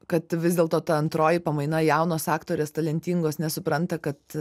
kad vis dėlto ta antroji pamaina jaunos aktorės talentingos nesupranta kad